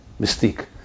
mystique